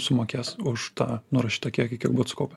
sumokės už tą nurašytą kiekį kiek būt sukaupę